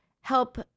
help